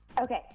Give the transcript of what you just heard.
Okay